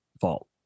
fault